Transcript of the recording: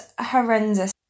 horrendous